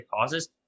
causes